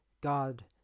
God